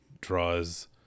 draws